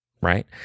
right